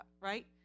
right